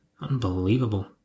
Unbelievable